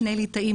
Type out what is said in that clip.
שני ליטאים,